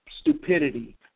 stupidity